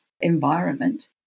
environment